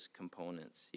components